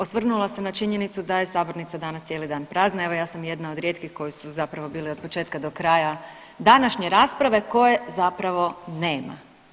Osvrnula se na činjenicu da je sabornica danas cijeli dan prazna, evo ja sam jedna od rijetkih koji su zapravo bili od početka do kraja današnje rasprave koje zapravo nema.